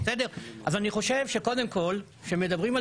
אז אני חושב שקודם כול כשמדברים על